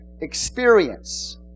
Experience